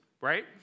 right